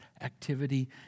activity